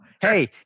Hey